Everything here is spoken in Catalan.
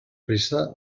pressa